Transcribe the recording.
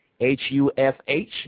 H-U-F-H